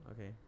Okay